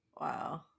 Wow